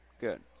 Good